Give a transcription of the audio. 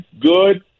good